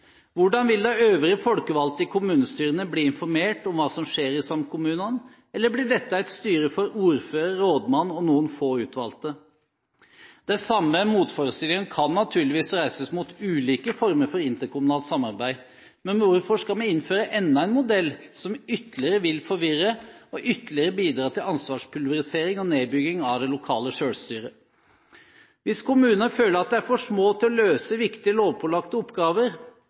Hvordan vil de øvrige folkevalgte i kommunestyrene bli informert om hva som skjer i samkommunene? Eller blir dette et styre for ordfører, rådmann og noen få utvalgte? De samme motforestillingene kan naturligvis reises mot ulike former for interkommunalt samarbeid. Men hvorfor skal vi innføre enda en modell, som ytterligere vil forvirre og bidra til ansvarspulverisering og nedbygging av det lokale selvstyret? Hvis kommuner føler at de er for små til å løse viktige lovpålagte oppgaver,